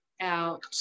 Out